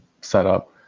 setup